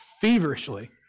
feverishly